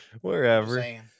wherever